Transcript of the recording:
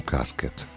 Casket